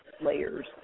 layers